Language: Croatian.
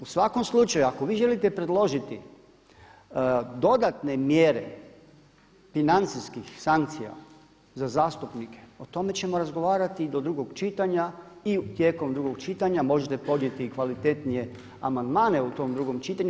U svakom slučaju, ako vi želite predložiti dodatne mjere financijskih sankcija za zastupnike o tome ćemo razgovarati i do drugog čitanja i tijekom drugog čitanja možete podnijeti i kvalitetnije amandmane u tom drugom čitanju.